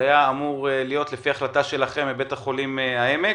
שהיה אמור להיות לפי החלטה שלכם בבית החולים העמק,